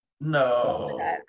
No